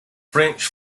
french